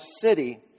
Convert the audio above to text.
city